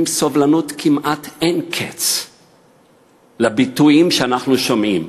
עם סובלנות כמעט אין-קץ לביטויים שאנחנו שומעים.